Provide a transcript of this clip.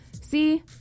See